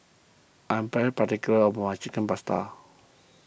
I'm very particular about my Chicken Pasta